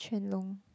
Quan-Long